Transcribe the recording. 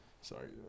Sorry